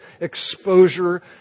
exposure